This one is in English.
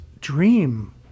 dream